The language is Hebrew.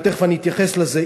ותכף אני אתייחס לזה,